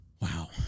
Wow